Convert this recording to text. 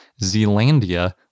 Zealandia